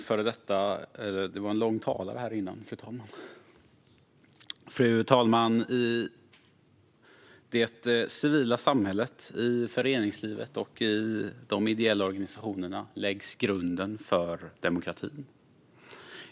Fru talman! I det civila samhället, i föreningslivet och i de ideella organisationerna läggs grunden för demokratin.